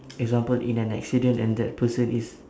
example in an accident and that person is